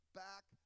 back